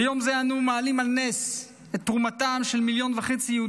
ביום זה אנו מעלים על נס את תרומתם של מיליון וחצי מיליון